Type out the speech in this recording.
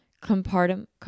compartment